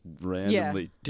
randomly